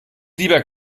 lieber